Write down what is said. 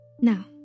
Now